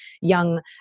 young